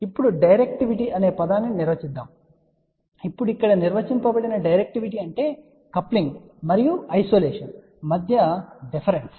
ఇప్పుడు డైరెక్టివిటీ అనే పదాన్ని నిర్వచిస్తాము ఇప్పుడు ఇక్కడ నిర్వచించబడిన డైరెక్టివిటీ అంటే కప్లింగ్ మరియు ఐసోలేషన్ మధ్య డిఫరెన్స్